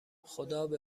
خدابه